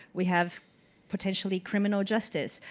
we have potentially criminal justice.